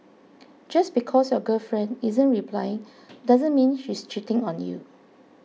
just because your girlfriend isn't replying doesn't mean she's cheating on you